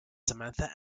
samantha